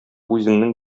үзеңнең